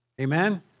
Amen